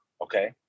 okay